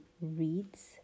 reads